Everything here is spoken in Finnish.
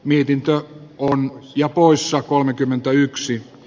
mietintö on jo koossa kolmekymmentäyksi